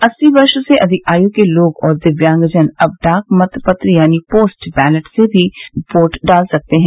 अस्सी वर्ष से अधिक आय के लोग और दिव्यांगजन अब डाक मत पत्र यानी पोस्ट बैलेट से भी वोट डाल सकते हैं